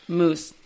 moose